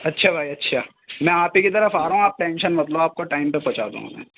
اچھا بھائی اچھا میں آپ ہی کی طرف آ رہا ہوں آپ ٹینشن مت لو آپ کو ٹائم پہ پہنچا دوں گا میں